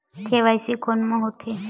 KYC कोन में होथे?